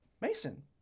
Mason